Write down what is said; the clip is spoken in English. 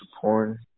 porn